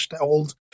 old